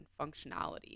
functionality